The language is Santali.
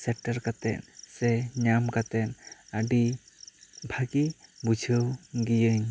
ᱥᱮᱴᱮᱨ ᱠᱟᱛᱮᱜ ᱥᱮ ᱧᱟᱢ ᱠᱟᱛᱮᱜ ᱟᱹᱫᱤ ᱵᱷᱟᱹᱜᱤ ᱵᱩᱡᱷᱟᱹᱣ ᱜᱤᱭᱟᱹᱧ